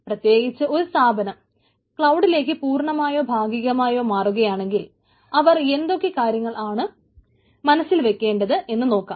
പ്രത്യേകിച്ച് ഒരു സ്ഥാപനം ക്ലൌഡിലേക്ക് പൂർണ്ണമായോ ഭാഗികമായോ മാറുകയാണെങ്കിൽ അവർ എന്തൊക്കെ കാര്യങ്ങൾ ആണ് മനസ്സിൽ വയ്ക്കേണ്ടത് എന്ന് നോക്കാം